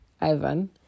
Ivan